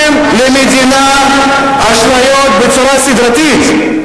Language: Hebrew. מכרתם למדינה אשליות בצורה סדרתית.